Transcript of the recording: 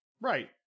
Right